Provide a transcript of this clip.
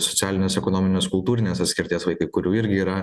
socialinės ekonominės kultūrinės atskirties vaikai kurių irgi yra